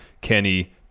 Kenny